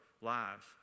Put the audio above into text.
lives